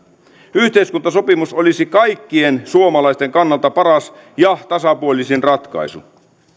yhteiskuntasopimus olisi kaikkien suomalaisten kannalta paras ja tasapuolisin ratkaisu